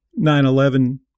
9-11